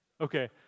Okay